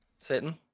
sitting